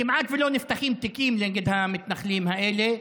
כמעט שלא נפתחים תיקים נגד המתנחלים האלה,